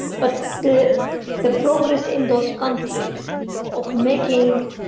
but the the progress in those countries of making